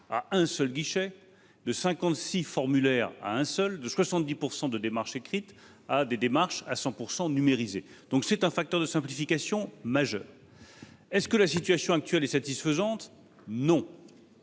à un seul, de 56 formulaires à un seul, et de 70 % de démarches écrites à 100 % de démarches numérisées. J'y insiste, c'est un facteur de simplification majeure. Est-ce que la situation actuelle est satisfaisante ? Non